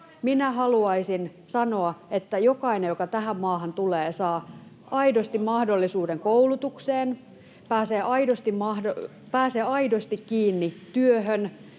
Minä haluaisin sanoa, että jokainen, joka tähän maahan tulee, saa aidosti mahdollisuuden koulutukseen, pääsee aidosti kiinni työhön.